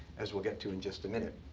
as we'll get to in just a minute.